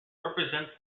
represents